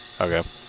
Okay